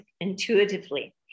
intuitively